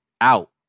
out